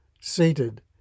seated